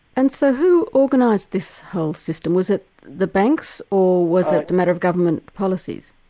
and so who organised this whole system? was it the banks or was it a matter of government policies?